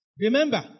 Remember